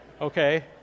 Okay